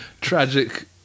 tragic